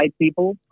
people